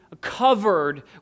covered